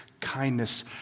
kindness